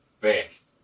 best